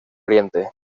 oriente